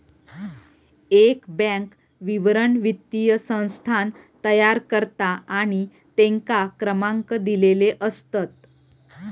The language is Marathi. एक बॅन्क विवरण वित्तीय संस्थान तयार करता आणि तेंका क्रमांक दिलेले असतत